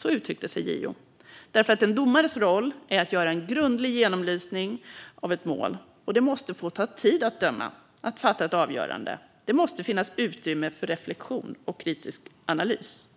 Så uttryckte sig JO, detta därför att en domares roll är att göra en grundlig genomlysning av ett mål. Det måste få ta tid att döma, att fatta ett avgörande beslut. Det måste finnas utrymme för reflektion och kritisk analys.